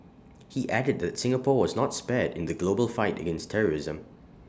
he added that Singapore was not spared in the global fight against terrorism